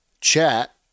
chat